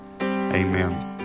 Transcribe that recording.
amen